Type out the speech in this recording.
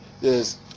Yes